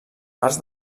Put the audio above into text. parts